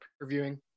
reviewing